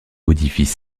modifient